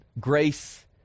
grace